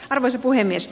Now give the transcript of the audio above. arvoisa puhemies